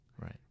Right